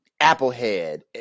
Applehead